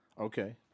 Okay